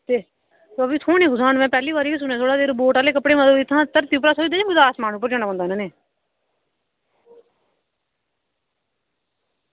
ते ओह् फ्ही थ्होने कुत्थुआं ते में पैह्ली बारी सुनेआ थुआढ़े कशा रोबोट आह्ले कपड़े मतलब इत्थुआं धरती उप्परा थ्होेंदे जां कुदै आसमान पर जाना पौंदा आह्नने ई